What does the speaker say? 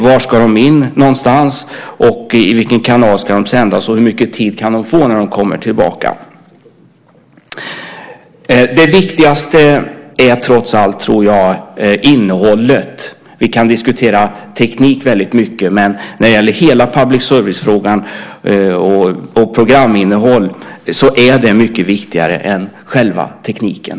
Var ska de in någonstans, i vilken kanal ska de sändas och hur mycket tid kan de få? Det viktigaste är trots allt innehållet. Vi kan diskutera mycket om teknik. Men när det gäller public service är programinnehåll viktigare än själva tekniken.